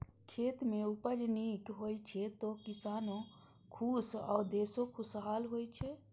खेत मे उपज नीक होइ छै, तो किसानो खुश आ देशो खुशहाल होइ छै